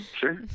sure